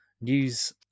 news